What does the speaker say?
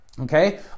okay